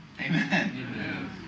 Amen